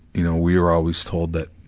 you know, we were always told that,